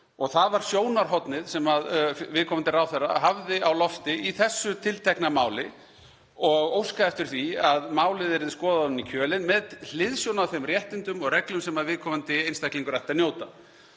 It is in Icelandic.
um. Það var sjónarhornið sem viðkomandi ráðherra hafði á lofti í þessu tiltekna máli og óskað eftir því að málið yrði skoðað ofan í kjölinn með hliðsjón af þeim réttindum og reglum sem viðkomandi einstaklingur ætti að njóta.